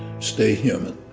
stay human.